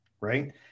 right